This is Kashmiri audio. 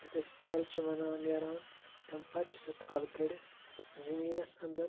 یَتھ أسۍ تھل چھِ وَنان نیران تَمہِ پَتہٕ چھِ سۄ تھل کٔڑِتھ زٔمیٖنَس انٛدر